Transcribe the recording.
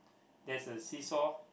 there's a see saw